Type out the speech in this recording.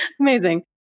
Amazing